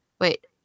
wait